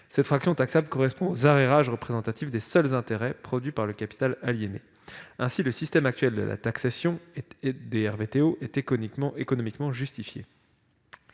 Cette fraction taxable correspond aux arrérages représentatifs des seuls intérêts produits par le capital aliéné. Ainsi, le système actuel de taxation des RVTO est économiquement justifié.